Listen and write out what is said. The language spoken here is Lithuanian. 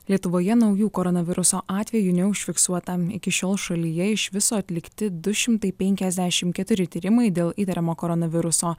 lietuvoje naujų koronaviruso atvejų neužfiksuota iki šiol šalyje iš viso atlikti du šimtai penkiasdešimt keturi tyrimai dėl įtariamo koronaviruso